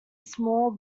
small